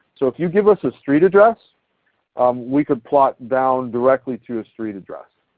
so if you give us a street address we could plot down directly to a street address.